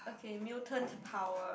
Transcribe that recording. okay mutant power